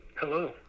Hello